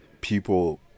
people